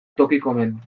tokikomen